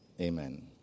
Amen